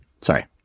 sorry